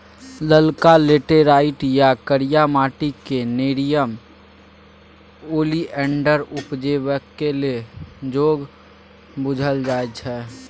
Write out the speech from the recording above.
ललका लेटैराइट या करिया माटि क़ेँ नेरियम ओलिएंडर उपजेबाक जोग बुझल जाइ छै